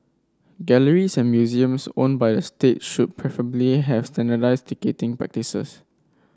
galleries and museums owned by the state should preferably have standardised ticketing practices